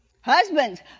Husbands